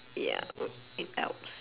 ya uh in alps